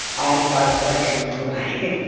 i had quite a collection put away. you